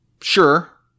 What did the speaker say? Sure